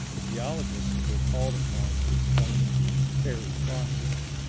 the geologists were called upon to explain the fairy crosses.